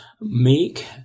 Make